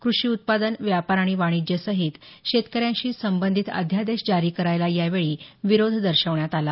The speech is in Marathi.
कृषी उत्पादन व्यापार आणि वाणिज्य सहित शेतकऱ्यांशी संबंधित अध्यादेश जारी करायला यावेळी विरोध दर्शवण्यात आला